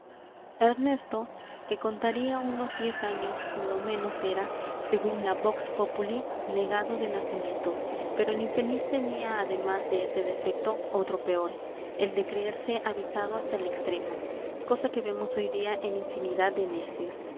ernesto que contaría unos diez años lo menos era según la vox pópuli negado de nacimiento pero el infeliz tenía además de ese defecto otro peor el de creerse avisado hasta el extremo cosa que vemos hoy día en infinidad de necios